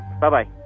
Bye-bye